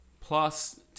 plus